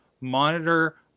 monitor